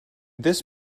this